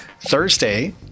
Thursday